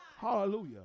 Hallelujah